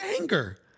anger